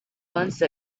once